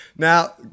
Now